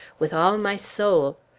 with all my soul.